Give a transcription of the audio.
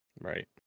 Right